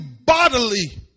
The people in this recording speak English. bodily